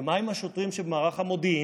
ומה עם השוטרים שבמערך המודיעין?